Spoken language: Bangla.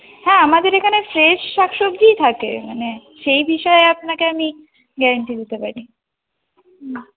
হ্যাঁ আমাদের এখানে ফ্রেশ শাক সবজিই থাকে মানে সেই বিষয়ে আপনাকে আমি গ্যারেন্টি দিতে পারি হুম